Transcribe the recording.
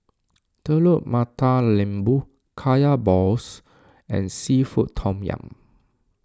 Telur Mata Lembu Kaya Balls and Seafood Tom Yum